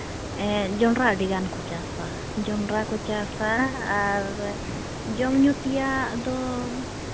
ᱡᱚᱸᱰᱨᱟ ᱟᱹᱰᱤᱜᱟᱱ ᱠᱚ ᱪᱟᱥᱟ ᱡᱚᱸᱰᱨᱟ ᱠᱚ ᱪᱟᱥᱟ ᱟᱨ ᱡᱚᱢᱼᱧᱩ ᱛᱮᱭᱟᱜ ᱫᱚ